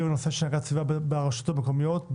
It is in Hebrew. הנושא של הגנת הסביבה ברשויות המקומיות.